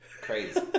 Crazy